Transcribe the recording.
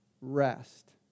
rest